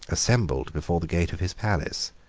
assembled before the gate of his palace.